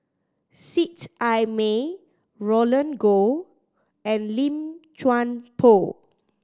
Seet Ai Mee Roland Goh and Lim Chuan Poh